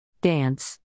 dance